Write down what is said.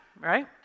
right